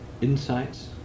insights